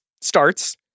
starts